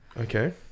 Okay